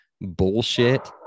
bullshit